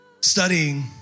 studying